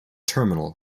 terminal